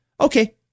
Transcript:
okay